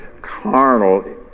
Carnal